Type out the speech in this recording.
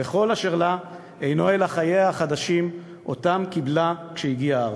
וכל אשר לה אינו אלא חייה החדשים שקיבלה כשהגיעה ארצה.